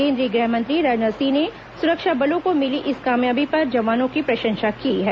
केंद्रीय गृहमंत्री राजनाथ सिंह ने सुरक्षा बलों को मिली इस कामयाबी पर जवानों की प्रशंसा की है